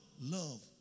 love